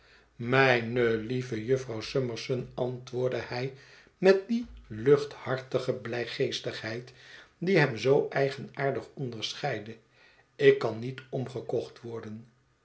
mijne lieve jufvrouw summerson antwoordde hij met die luchthartige blij geestigheid die hem zoo eigenaardig onderscheidde ik kan niet omgekocht worden